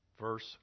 Verse